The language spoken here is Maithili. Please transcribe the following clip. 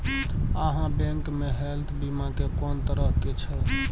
आहाँ बैंक मे हेल्थ बीमा के कोन तरह के छै?